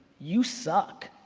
you suck.